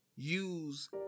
Use